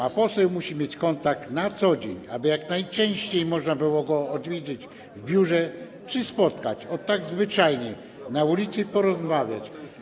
A poseł musi mieć kontakt na co dzień, aby jak najczęściej można było go odwiedzić w biurze czy spotkać o tak, zwyczajnie, na ulicy i porozmawiać,